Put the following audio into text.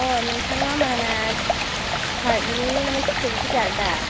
नोंथाङा मानास फार्कनि माने सिखुरिथि गार्द दा